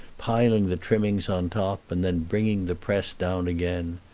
piling the trimmings on top, and then bringing the press down again.